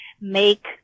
make